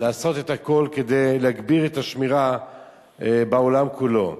לעשות את הכול כדי להגביר את השמירה בעולם כולו.